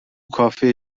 کافه